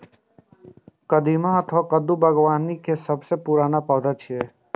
कदीमा अथवा कद्दू बागबानी के सबसं पुरान पौधा छियै